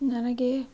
ನನಗೆ